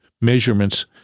measurements